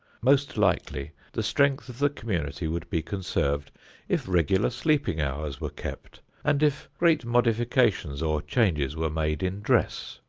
most likely the strength of the community would be conserved if regular sleeping hours were kept and if great modifications or changes were made in dress.